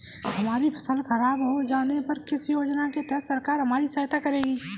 हमारी फसल खराब हो जाने पर किस योजना के तहत सरकार हमारी सहायता करेगी?